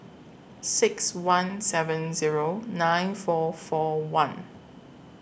six one seven Zero nine four four one